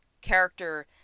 character